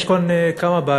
יש כמה בעיות: